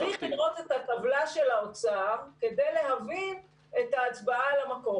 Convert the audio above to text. צריך לדרוש את הטבלה של האוצר כדי להבין את ההצבעה על המקור.